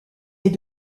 est